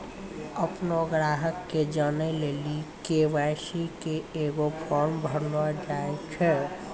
अपनो ग्राहको के जानै लेली के.वाई.सी के एगो फार्म भरैलो जाय छै